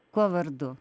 kuo vardu